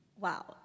Wow